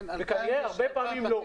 וכנראה שהרבה פעמים לא.